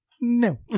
No